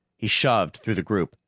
he shoved through the group,